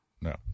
No